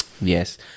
Yes